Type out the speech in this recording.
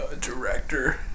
Director